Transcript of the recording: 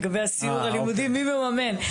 לגבי הסיור הלימודי: מי מממן?